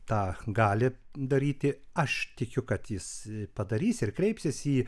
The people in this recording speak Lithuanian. tą gali daryti aš tikiu kad jis padarys ir kreipsis į